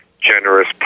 generous